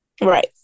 Right